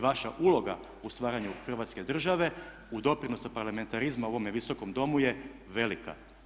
Vaša uloga u stvaranju Hrvatske države, u doprinosu parlamentarizma u ovome Visokom domu je velika.